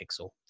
pixel